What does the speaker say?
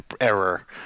error